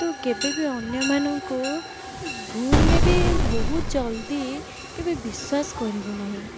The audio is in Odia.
ତୁ କେବେ ବି ଅନ୍ୟମାନଙ୍କୁ ଭୁଲ୍ରେ ବି ବହୁତ ଜଲ୍ଦି କେବେ ବିଶ୍ୱାସ କରିବୁ ନାହିଁ